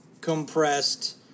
compressed